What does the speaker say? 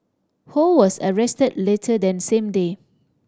Ho was arrested later that same day